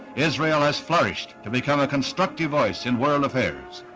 israel has flourished to become a constructive voice in world affairs.